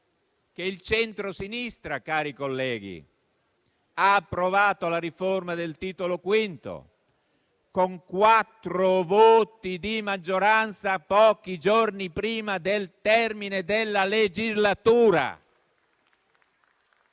che il centrosinistra, cari colleghi, ha approvato la riforma del Titolo V, con quattro voti di maggioranza pochi giorni prima del termine della legislatura